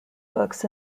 books